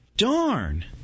Darn